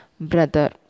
brother